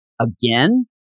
Again